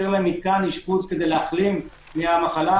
להם מתקן אשפוז כדי להחלים מהמחלה?